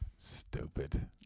stupid